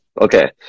Okay